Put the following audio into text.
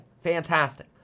Fantastic